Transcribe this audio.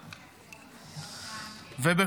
ברשותך, חצי דקה.